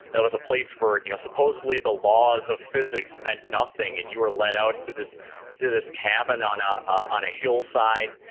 it was a place where you know supposedly the laws of physics meant nothing, and you were led out to this to this cabin on ah on a hillside.